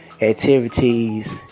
activities